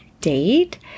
date